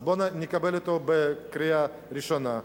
בואו נקבל אותה בקריאה ראשונה,